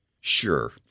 Sure